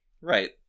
Right